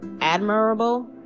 admirable